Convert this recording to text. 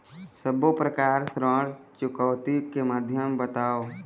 सब्बो प्रकार ऋण चुकौती के माध्यम बताव?